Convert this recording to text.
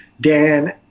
Dan